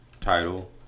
title